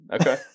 okay